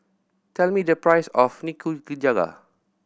tell me the price of Nikujaga